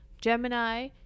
Gemini